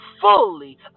fully